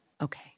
Okay